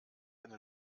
eine